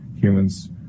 humans